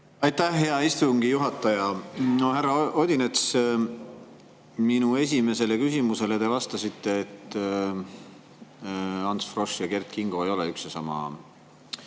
Aitäh, hea istungi juhataja! Härra Odinets! Minu esimesele küsimusele te vastasite, et Ants Frosch ja Kert Kingo ei ole üks ja sama inimene.